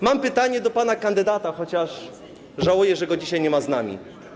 Mam pytanie do kandydata, chociaż żałuję, że go dzisiaj nie ma z nami.